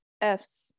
F's